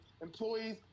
employees